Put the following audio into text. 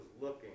looking